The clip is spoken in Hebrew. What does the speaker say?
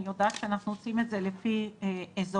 אני יודעת שאנחנו עושים את זה לפי אזורים.